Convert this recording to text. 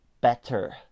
better